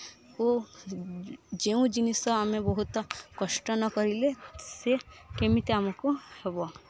ଓ ଯେଉଁ ଜିନିଷ ଆମେ ବହୁତ କଷ୍ଟ ନ କରିଲେ ସେ କେମିତି ଆମକୁ ହେବ